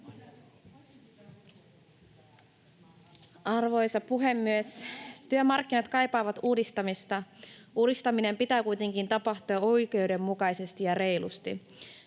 Arvoisa puhemies! Työmarkkinat kaipaavat uudistamista. Uudistamisen pitää kuitenkin tapahtua oikeudenmukaisesti ja reilusti.